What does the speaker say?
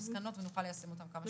ומסקנות ונוכל ליישם אותם כמה שיותר מהר.